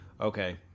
okay